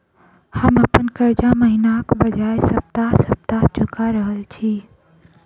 हम अप्पन कर्जा महिनाक बजाय सप्ताह सप्ताह चुका रहल छि